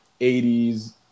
80s